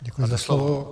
Děkuji za slovo.